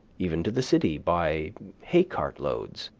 even to the city, by hay-cart loads.